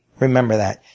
remember that.